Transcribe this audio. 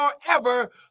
forever